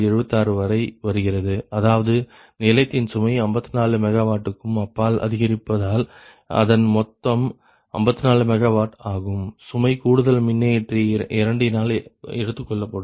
76 வரை வருகிறது அதாவது நிலையத்தின் சுமை 54 MW க்கும் அப்பால் அதிகரிப்பதால் அதன் மொத்தம் 54 MW ஆகும் சுமை கூடுதல் மின்னியற்றி இரண்டினால் எடுத்துக்கொள்ளப்படும்